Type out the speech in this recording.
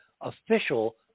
official